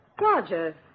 Roger